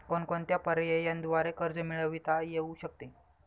कोणकोणत्या पर्यायांद्वारे कर्ज मिळविता येऊ शकते?